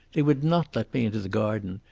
they would not let me into the garden.